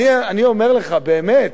באמת,